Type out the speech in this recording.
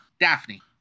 Daphne